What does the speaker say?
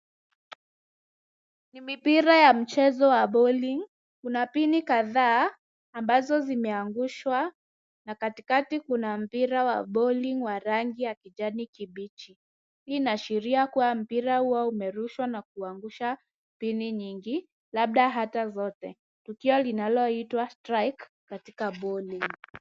Mipira ya mchezo wa bowling kuna pini kadhaa ambazo zimeangushwa na kati kati kuna mpira wa bowling wa rangi ya kijani kibichi hii inaashiria kuwa mpira huo umerushwa na kuangusha pini nyingi labda hata zote, tukio linaloitwa [sc] strike katika bowling .